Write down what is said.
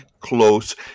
close